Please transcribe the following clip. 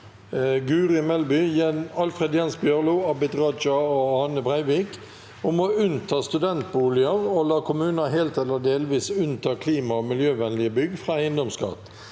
Guri Melby, Alfred Jens Bjørlo, Abid Raja og Ane Breivik om å unnta studentboliger og la kommuner helt eller delvis unnta klima- og miljøvennlige bygg fra eiendomsskatt